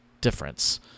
difference